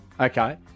Okay